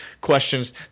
questions